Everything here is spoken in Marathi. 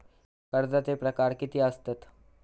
कर्जाचे प्रकार कीती असतत?